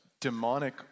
demonic